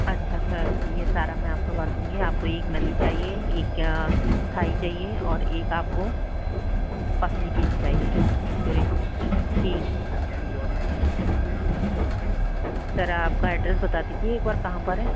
अच्छा सर ये सारा मैं आपको कर दूँगी आपको एक नली चाहिए एक थाइ चाहिए और एक आपको पसली पीस चाहिए सर आपका ऐडरेस बता दीजीए एक बार कहाँ पर है